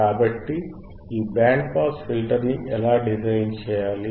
కాబట్టి ఈ band pass ఫిల్టర్ను ఎలా డిజైన్ చేయాలి